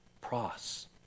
Pross